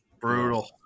Brutal